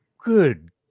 good